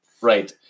right